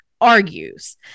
argues